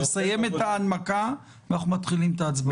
לסיים את ההנמקה ואנחנו מתחילים את ההצבעות.